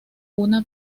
una